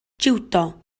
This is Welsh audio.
jiwdo